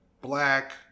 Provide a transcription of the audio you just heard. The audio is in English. black